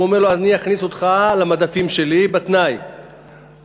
הוא אומר לו: אני אכניס אותך למדפים שלי בתנאי שאתה,